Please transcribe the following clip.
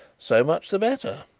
so much the better.